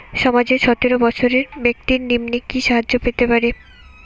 সমাজের সতেরো বৎসরের ব্যাক্তির নিম্নে কি সাহায্য পেতে পারে?